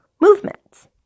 movements